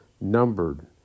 numbered